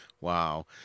Wow